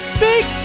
big